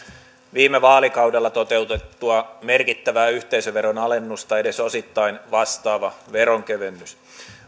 viime vaalikaudella toteutettua merkittävää yhteisöveron alennusta edes osittain vastaava veronkevennys